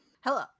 Hello